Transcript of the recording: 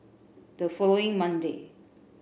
the following Monday